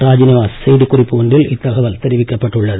ராஜ்நிவாஸ் குறிப்பு ஒன்றில் இத்தகவல் தெரிவிக்கப்பட்டுள்ளது